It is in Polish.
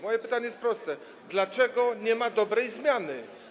Moje pytanie jest proste: Dlaczego nie ma dobrej zmiany?